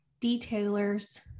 detailers